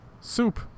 Soup